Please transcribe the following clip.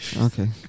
Okay